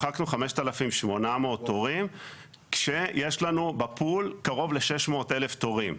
מחקנו 5,800 תורים כשיש לנו בפול קרוב ל-600,000 תורים,